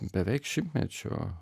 beveik šimtmečio